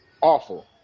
awful